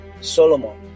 Solomon